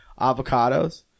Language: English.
Avocados